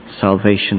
salvation